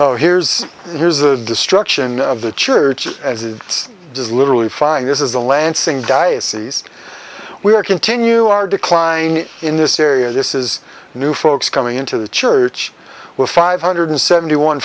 oh here's here's the destruction of the church as it does literally fine this is the lansing diocese we're continue our decline in this area this is new folks coming into the church we're five hundred seventy one